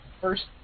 first